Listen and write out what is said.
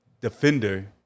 defender